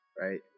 Right